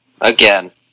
Again